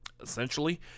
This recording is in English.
essentially